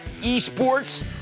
eSports